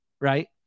right